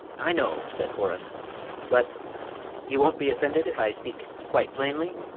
i know, said horace but you won't be offended if i speak quite plainly?